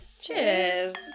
Cheers